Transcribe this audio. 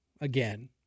again